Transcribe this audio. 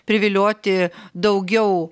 privilioti daugiau